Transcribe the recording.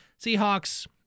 Seahawks